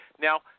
now